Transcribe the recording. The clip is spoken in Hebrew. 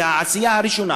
והעשייה הראשונה